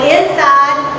inside